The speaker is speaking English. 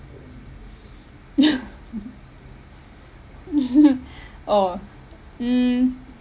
ya oh mm